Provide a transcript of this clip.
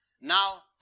Now